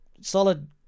solid